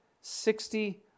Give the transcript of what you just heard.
sixty